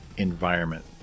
environment